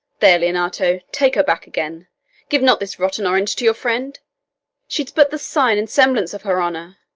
there, leonato, take her back again give not this rotten orange to your friend she's but the sign and semblance of her honour.